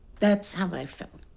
that's how i felt.